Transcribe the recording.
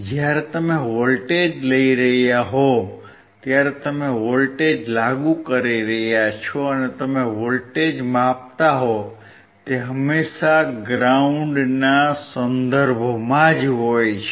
જ્યારે તમે વોલ્ટેજ લઈ રહ્યા હોવ ત્યારે તમે વોલ્ટેજ લાગુ કરી રહ્યા છો અને તમે વોલ્ટેજ માપતા હોવ તે હંમેશા ગ્રાઉન્ડના સંદર્ભમાં હોય છે